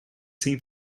sem